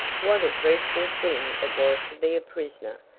what a dreadful thing it was to be a prisoner!